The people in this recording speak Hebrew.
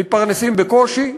מתפרנסים בקושי,